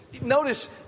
Notice